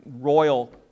royal